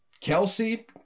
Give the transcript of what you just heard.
Kelsey